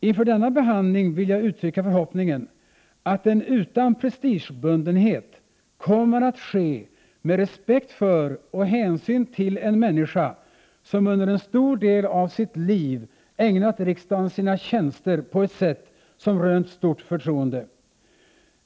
Inför denna behandling vill jag uttrycka förhoppningen, att den utan prestigebundenhet kommer att ske med respekt för och hänsyn till en människa, som under en stor del av sitt liv ägnat riksdagen sina tjänster på ett sätt som rönt stort förtroende.